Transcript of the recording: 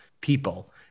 people